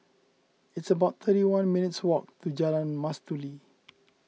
it's about thirty one minutes' walk to Jalan Mastuli